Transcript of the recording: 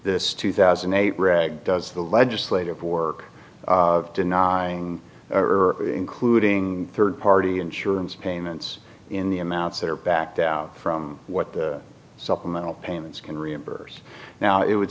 two thousand and eight reg does the legislative work denying including third party insurance payments in the amounts that are backed out from what the supplemental payments can reimburse now it would